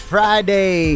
Friday